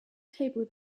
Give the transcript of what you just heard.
table